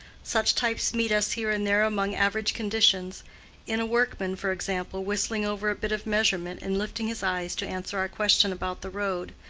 such types meet us here and there among average conditions in a workman, for example, whistling over a bit of measurement and lifting his eyes to answer our question about the road.